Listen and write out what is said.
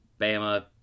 Bama